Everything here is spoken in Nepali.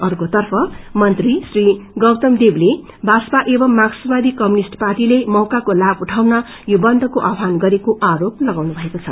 अर्कोतर्फ मंत्री श्री गौतम देवले भाजपा एवं मार्क्सवादी कम्युनिष्ट पार्टीले मौकाको लाभ उठाउन यो बन्दको आव्हान गरेको आरोप लगाउनु भएको छ